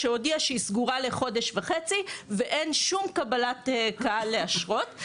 שהודיעה שהיא סגורה לחודש וחצי ואין שום קבלת קהל לאשרות,